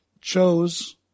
chose